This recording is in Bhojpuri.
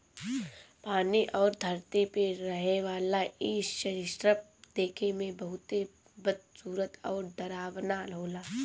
पानी अउरी धरती पे रहेवाला इ सरीसृप देखे में बहुते बदसूरत अउरी डरावना होला